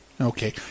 Okay